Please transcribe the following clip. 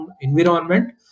environment